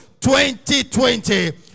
2020